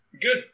good